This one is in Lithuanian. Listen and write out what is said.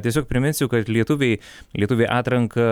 tiesiog priminsiu kad lietuviai lietuviai atranką